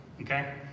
okay